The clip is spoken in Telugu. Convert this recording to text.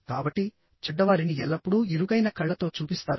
కాబట్టి చెడ్డవారిని ఎల్లప్పుడూ ఇరుకైన కళ్ళతో చూపిస్తారు